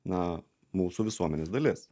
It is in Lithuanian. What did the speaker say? na mūsų visuomenės dalis